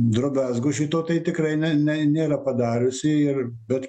drobezgo šito tai tikrai ne nei nėra padariusi ir bet